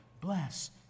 bless